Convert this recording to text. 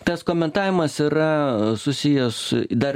tas komentavimas yra susijęs dar